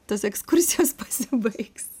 tos ekskursijos pasibaigs